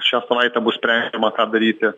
šią savaitę bus sprendžiama ką daryti